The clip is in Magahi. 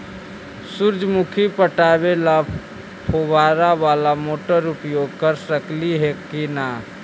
सुरजमुखी पटावे ल फुबारा बाला मोटर उपयोग कर सकली हे की न?